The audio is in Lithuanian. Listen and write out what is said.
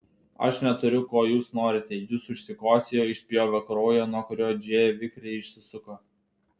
aš neturiu ko jūs norite jis užsikosėjo išspjovė kraują nuo kurio džėja vikriai išsisuko